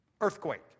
Earthquake